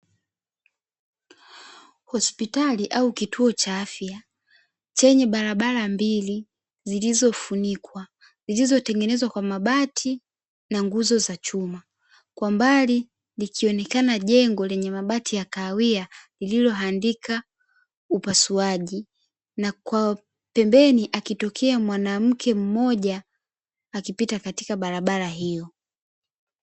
Hospitali au kituo cha afya chenye barabara mbili zilizofunikwa, zilizotengenezwa kwa mabati na nguzo za chuma. Kwa mbali likionekana jengo lenye mabati ya kahawia, lililoandikwa upasuaji. Na kwa pembeni akitokea mwanamke mmoja akipita katikati barabara hiyo.